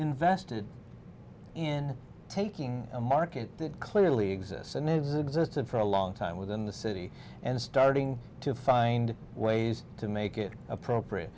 invested in taking a market that clearly exists and needs existed for a long time within the city and starting to find ways to make it appropriate